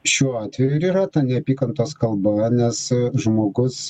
šiuo atveju ir yra ta neapykantos kalba nes žmogus